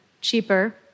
cheaper